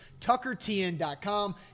tuckertn.com